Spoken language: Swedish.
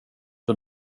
för